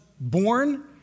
born